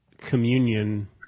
communion